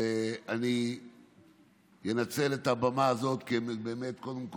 אני אנצל את הבמה הזאת כדי באמת, קודם כול,